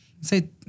say